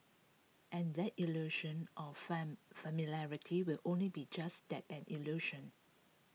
and that illusion of familiarity will only be just that an illusion